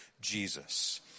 Jesus